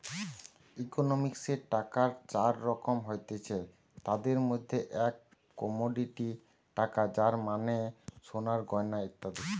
ইকোনমিক্সে টাকার চার রকম হতিছে, তাদির মধ্যে এক কমোডিটি টাকা যার মানে সোনার গয়না ইত্যাদি